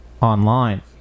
online